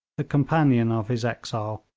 the companion of his exile,